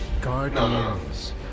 Guardians